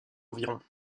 environ